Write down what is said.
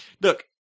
Look